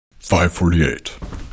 548